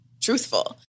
truthful